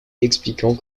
expliquant